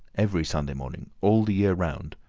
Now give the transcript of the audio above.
every sunday morning, all the year round,